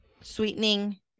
sweetening